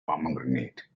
pomegranate